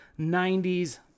90s